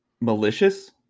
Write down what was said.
malicious